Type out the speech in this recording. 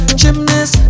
gymnast